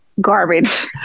garbage